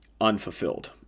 unfulfilled